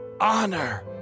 honor